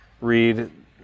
read